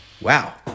wow